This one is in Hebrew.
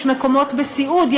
יש מקומות בסיעוד,